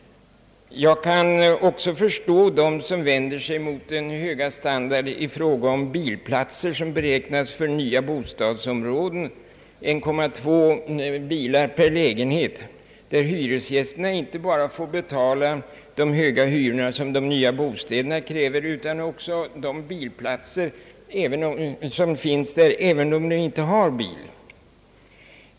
Jag kan också förstå dem som vänder sig mot den höga standarden i fråga om bilplatser som beräknas för nya bostadsområden — 1,2 bilar per lägenhet — där hyresgästerna inte bara får betala de höga hyror, som de nya bostäderna kräver, utan också de bilplatser som finns där även om de inte har bil.